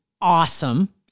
awesome